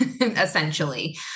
essentially